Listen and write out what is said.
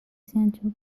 sancho